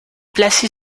placée